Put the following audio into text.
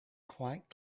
quite